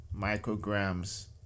micrograms